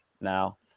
now